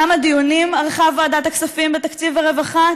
כמה דיונים ערכה ועדת הכספים בתקציב הרווחה?